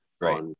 right